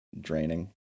draining